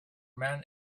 men